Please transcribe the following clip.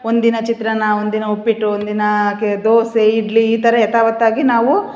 ಒಂದಿನ ಚಿತ್ರಾನ್ನ ಒಂದಿನ ಉಪ್ಪಿಟ್ಟು ಒಂದಿನ ಕೆ ದೋಸೆ ಇಡ್ಲಿ ಈ ಥರ ಯಥಾವತ್ತಾಗಿ ನಾವು